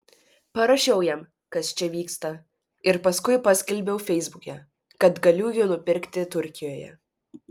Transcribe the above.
parašiau jam kas čia vyksta ir paskui paskelbiau feisbuke kad galiu jų nupirkti turkijoje